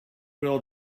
wheel